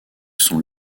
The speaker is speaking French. sont